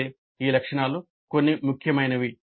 అయితే ఈ లక్షణాలు కొన్ని ముఖ్యమైనవి